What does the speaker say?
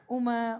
uma